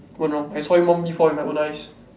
Wen-Rong I saw him one V four with my own eyes